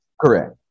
correct